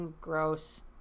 gross